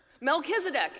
Melchizedek